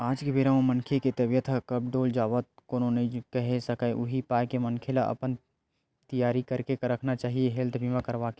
आज के बेरा म मनखे के तबीयत ह कब डोल जावय कोनो नइ केहे सकय उही पाय के मनखे ल अपन तियारी करके रखना चाही हेल्थ बीमा करवाके